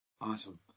Awesome